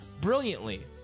brilliantly